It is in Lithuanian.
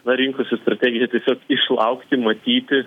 na rinkose strategija tiesiog išlaukti matyti